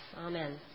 Amen